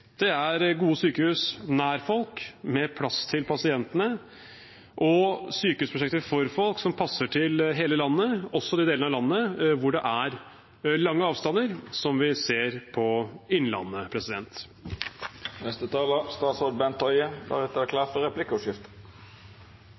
er gode sykehus nær folk med plass til pasientene og sykehusprosjekter for folk som passer til hele landet, også de delene av landet hvor det er store avstander, som vi ser på Innlandet.